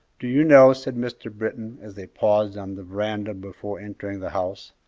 do you know, said mr. britton, as they paused on the veranda before entering the house,